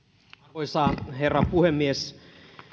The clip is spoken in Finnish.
arvoisa herra puhemies